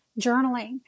journaling